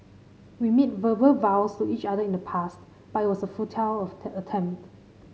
we made verbal vows to each other in the past but it was a futile of attempt